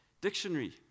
dictionary